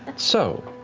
so